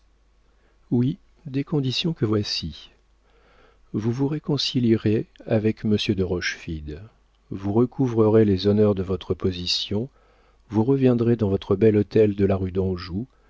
oui des conditions que voici vous vous réconcilierez avec monsieur de rochefide vous recouvrerez les honneurs de votre position vous reviendrez dans votre bel hôtel de la rue d'anjou